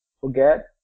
forget